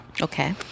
Okay